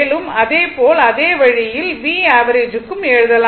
மேலும் அதே போல் அதே வழியில் V ஆவரேஜ்க்கும் எழுதலாம்